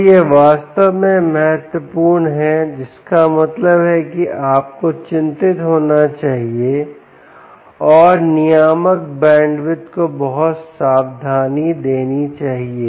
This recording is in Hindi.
तो यह वास्तव में महत्वपूर्ण है जिसका मतलब है कि आपको चिंतित होना चाहिए और नियामक बैंडविड्थ को बहुत सावधानी देनी चाहिए